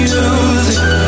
Music